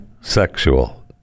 sexual